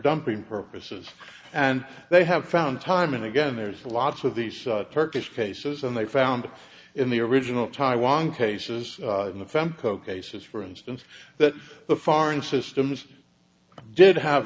dumping purposes and they have found time and again there's a lot of these turkish cases and they found in the original taiwan cases in the from coke aces for instance that the foreign systems did have